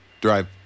drive